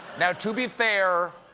now, to be fair,